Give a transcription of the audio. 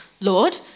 Lord